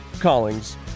Callings